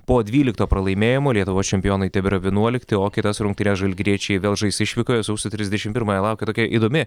po dvylikto pralaimėjimo lietuvos čempionai tebėra vienuolikti o kitas rungtynes žalgiriečiai vėl žais išvykoje sausio trisdešim pirmąją laukia tokia įdomi